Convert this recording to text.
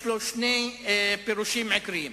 יש לו שני פירושים עיקריים.